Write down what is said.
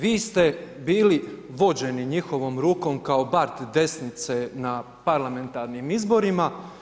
Vi ste bili vođeni njihovom rukom kao bat desnice na parlamentarnim izborima.